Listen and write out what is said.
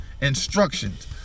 instructions